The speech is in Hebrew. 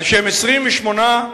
על-שם כ"ח